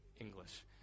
English